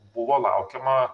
buvo laukiama